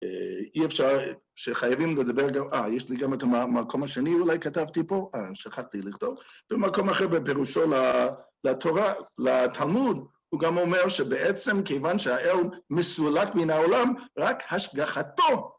אי אפשר, שחייבים לדבר גם, אה, יש לי גם את המקום השני, אולי כתבתי פה, אה, שכחתי לכתוב. במקום אחר בפירושו לתלמוד הוא גם אומר שבעצם כיוון שהאל מסולק מן העולם, רק השגחתו